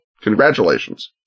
congratulations